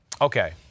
Okay